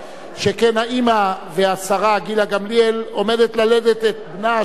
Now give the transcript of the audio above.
שכן האמא והשרה גילה גמליאל עומדת ללדת את בנה השני,